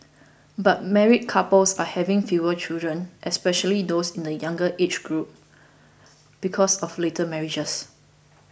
but married couples are having fewer children especially those in the younger age groups because of later marriages